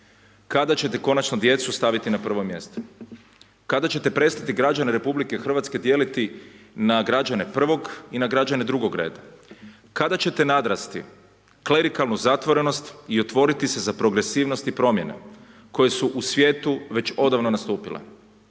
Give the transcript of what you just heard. kada ćete konačno djecu staviti na prvo mjesto, kada ćete prestati građane RH dijeliti na građane prvog i na građane drugog reda, kada ćete nadrasti klerikalnu zatvorenost i otvoriti se za progresivnost i promjene koje su u svijetu već odavno nastupile.